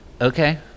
Okay